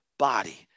body